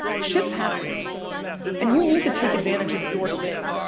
shit's happening and you need to take advantage of your thing.